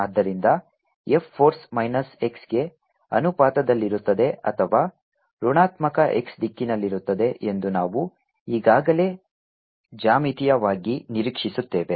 ಆದ್ದರಿಂದ F force minus x ಗೆ ಅನುಪಾತದಲ್ಲಿರುತ್ತದೆ ಅಥವಾ ಋಣಾತ್ಮಕ x ದಿಕ್ಕಿನಲ್ಲಿರುತ್ತದೆ ಎಂದು ನಾವು ಈಗಾಗಲೇ ಜ್ಯಾಮಿತೀಯವಾಗಿ ನಿರೀಕ್ಷಿಸುತ್ತೇವೆ